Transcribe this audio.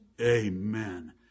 Amen